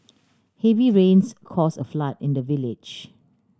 heavy rains cause a flood in the village